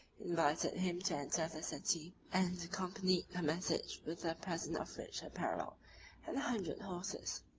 invited him to enter the city, and accompanied her message with a present of rich apparel and a hundred horses.